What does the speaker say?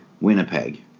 Winnipeg